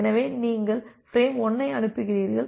எனவே நீங்கள் ஃப்ரேம் 1 ஐ அனுப்புகிறீர்கள்